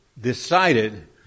decided